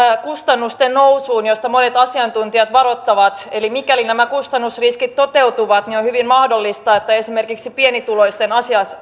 kustannusten nousuun josta monet asiantuntijat varoittavat eli mikäli nämä kustannusriskit toteutuvat on hyvin mahdollista että esimerkiksi pienituloisten